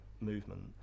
movement